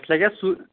اسہِ لگہِ ہَے سُے